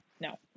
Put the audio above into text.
no